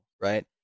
right